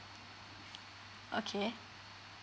okay